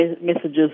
messages